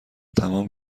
تمام